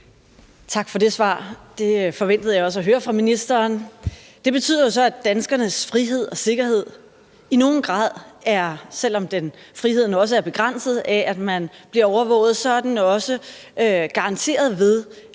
Tak for det svar. Det var også det, jeg forventede at høre fra ministeren. Det betyder jo så, at danskernes frihed og sikkerhed i nogen grad – selv om friheden også er begrænset af, at man bliver overvåget – er garanteret ved,